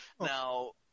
now